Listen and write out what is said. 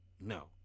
No